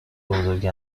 بزرگی